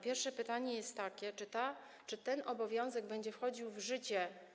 Pierwsze pytanie jest takie, czy ten obowiązek będzie wchodził w życie.